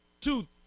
two